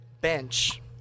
bench